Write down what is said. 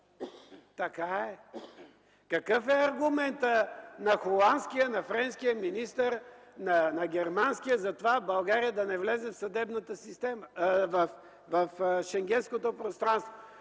така е! Какъв е аргументът на холандския, на френския министър, на германския за това България да не влезе в Шенгенското пространство?